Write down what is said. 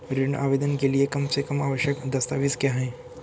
ऋण आवेदन के लिए कम से कम आवश्यक दस्तावेज़ क्या हैं?